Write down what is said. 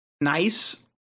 nice